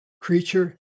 creature